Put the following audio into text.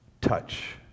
touch